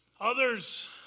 Others